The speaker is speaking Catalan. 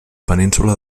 península